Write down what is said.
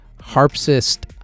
Harpsist